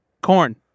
Corn